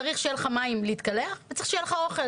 צריך שיהיה לך מים להתקלח, וצריך שיהיה לך אוכל.